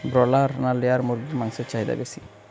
Broiler না layer মুরগির মাংসর চাহিদা বেশি?